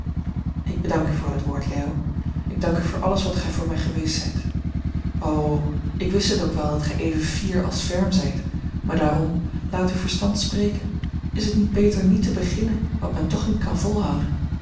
ik bedank u voor dat woord leo ik dank u voor alles wat gij voor mij geweest zijt o ik wist het ook wel dat gij even fier als ferm zijt maar daarom laat uw verstand spreken is het niet beter niet te beginnen wat men toch niet kan volhouden